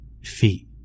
feet